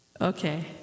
Okay